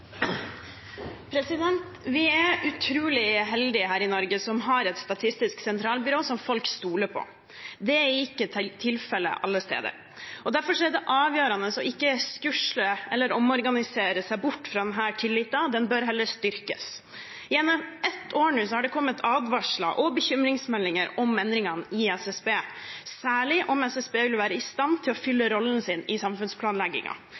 utrolig heldige her i Norge som har et statistisk sentralbyrå som folk stoler på. Det er ikke tilfellet alle steder. Derfor er det avgjørende ikke å skusle eller omorganisere seg bort fra denne tilliten, den bør heller styrkes. Gjennom ett år nå har det kommet advarsler og bekymringsmeldinger om endringene i SSB, særlig om SSB vil være i stand til å fylle rollen sin i